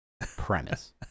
premise